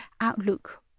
outlook